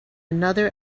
another